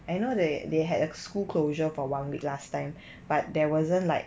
and you know they they had a school closure for one week last time but there wasn't like